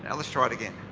and let's try it again.